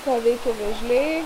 ką veikia veržliai